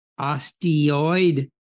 osteoid